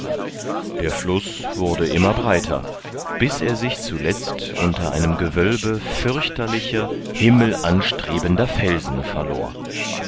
der fluß wurde immer breiter bis er sich zuletzt unter einem gewölbe fürchterlicher himmelanstrebender felsen verlor